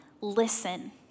listen